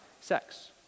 sex